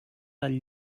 del